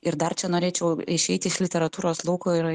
ir dar čia norėčiau išeiti iš literatūros lauko ir